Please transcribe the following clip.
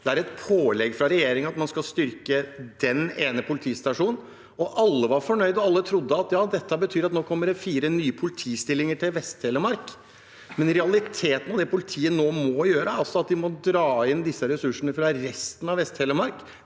Det er et pålegg fra regjeringen at man skal styrke den ene politistasjonen. Alle var fornøyde, og alle trodde at det betydde at det nå kom fire nye politistillinger til Vest-Telemark, men realiteten er at det politiet nå må gjøre, er å dra inn disse ressursene fra resten av Vest-Telemark.